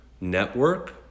network